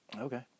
Okay